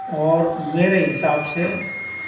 اور میرے حساب سے